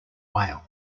wales